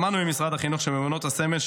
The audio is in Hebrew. שמענו ממשרד החינוך שבמעונות הסמל,